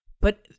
But-